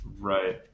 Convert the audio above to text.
Right